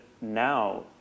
now